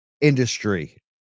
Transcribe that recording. industry